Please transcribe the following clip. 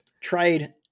Trade –